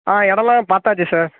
ஆ இடலாம் பார்த்தாச்சு சார்